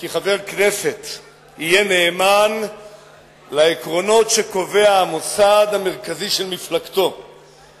כי חבר הכנסת יהיה נאמן לעקרונות שהמוסד המרכזי של מפלגתו קובע.